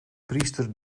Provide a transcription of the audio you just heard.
priester